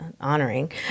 honoring